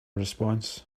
response